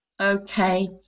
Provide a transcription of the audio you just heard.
Okay